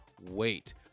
wait